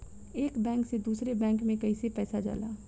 एक बैंक से दूसरे बैंक में कैसे पैसा जाला?